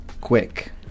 quick